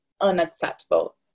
unacceptable